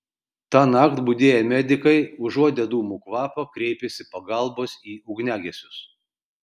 tąnakt budėję medikai užuodę dūmų kvapą kreipėsi pagalbos į ugniagesius